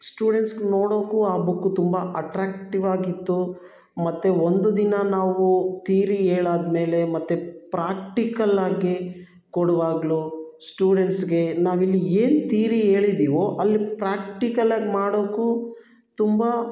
students ನೋಡೋಕ್ಕೂ ಆ book ತುಂಬ ಅಟ್ರ್ಯಾಕ್ಟಿವಾಗಿತ್ತು ಮತ್ತು ಒಂದು ದಿನ ನಾವು ತೀರಿ ಹೇಳಾದ್ಮೇಲೆ ಮತ್ತೆ ಪ್ರಾಕ್ಟಿಕಲ್ಲಾಗೆ ಕೊಡುವಾಗಲೂ ಸ್ಟೂಡೆಂಟ್ಸ್ಗೆ ನಾವಿಲ್ಲಿ ಏನು ತೀರಿ ಹೇಳಿದೀವೋ ಅಲ್ಲಿ ಪ್ರಾಕ್ಟಿಕಲ್ಲಾಗಿ ಮಾಡೋಕ್ಕೂ ತುಂಬ